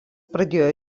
pradėjo